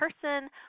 person